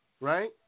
Right